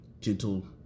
gentle